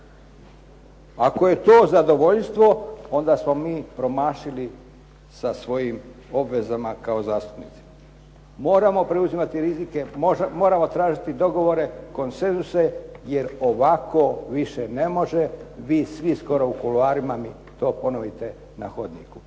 Ako je to zadovoljstvo onda smo mi promašili sa svojim obvezama kao zastupnici. Moramo preuzimati rizike, moramo tražiti dogovore, konsenzuse jer ovako više ne može. Vi svi skoro u kuloarima mi to ponovite u hodniku.